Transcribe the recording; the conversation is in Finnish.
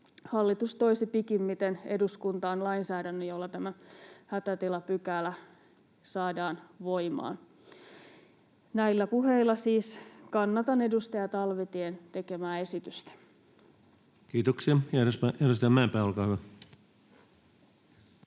hallitus toisi pikimmiten eduskuntaan lainsäädännön, jolla tämä hätätilapykälä saadaan voimaan. Näillä puheilla siis kannatan edustaja Talvitien tekemää esitystä. Kiitoksia. — Ja edustaja Mäenpää, olkaa hyvä.